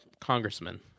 congressman